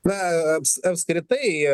na aps apskritai